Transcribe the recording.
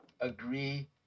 agree